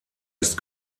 ist